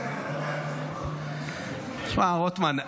רוטמן,